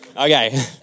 Okay